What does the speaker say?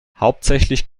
hauptsächlich